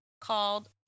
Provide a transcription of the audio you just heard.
called